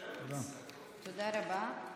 תודה רבה.